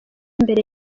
imbere